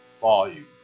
Volume